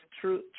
true